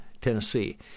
Tennessee